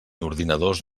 ordinadors